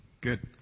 Good